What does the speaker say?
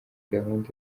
gahunda